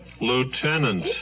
Lieutenant